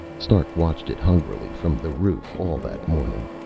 stark watched it hungrily from the roof all that morning.